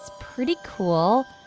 pretty cool.